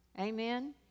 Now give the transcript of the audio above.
Amen